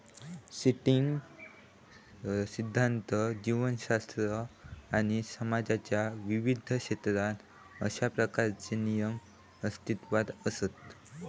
system सिध्दांत, जीवशास्त्र आणि समाजाच्या विविध क्षेत्रात अशा प्रकारचे नियम अस्तित्वात असत